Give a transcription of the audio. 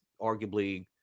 arguably